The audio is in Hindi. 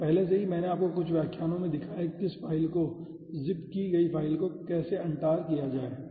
तो पहले से ही मैंने आपको पिछले कुछ व्याख्यानों में दिखाया है कि किसी फ़ाइल zip की गई फ़ाइल को कैसे untar किया जाए